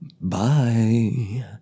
bye